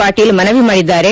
ಪಾಟೀಲ್ ಮನವಿ ಮಾಡಿದ್ದಾರೆ